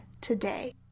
today